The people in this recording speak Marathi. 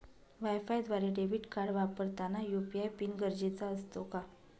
वायफायद्वारे डेबिट कार्ड वापरताना यू.पी.आय पिन गरजेचा असतो का?